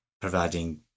providing